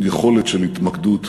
יכולת של התמקדות